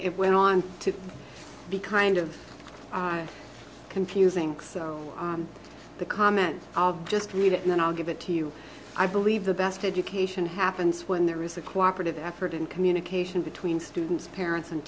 it went on to be kind of confusing so the comment i'll just read it and then i'll give it to you i believe the best education happens when there is a cooperative effort in communication between students parents and